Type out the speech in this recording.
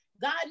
God